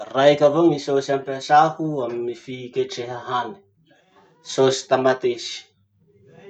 Raiky avao ny sôsy ampiasako amy fiketreha hany. Sôsy tamatesy.